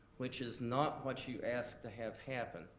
which is not what you asked to have happen.